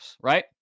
right